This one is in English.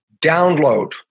download